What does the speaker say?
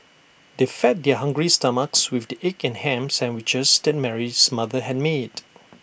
they fed their hungry stomachs with the egg and Ham Sandwiches that Mary's mother had made